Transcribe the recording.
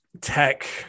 tech